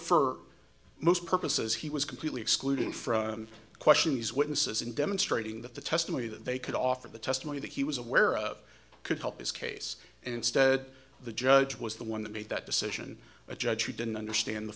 fur most purposes he was completely excluded from question these witnesses in demonstrating that the testimony that they could offer the testimony that he was aware of could help his case and instead the judge was the one that made that decision a judge who didn't understand the